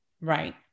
Right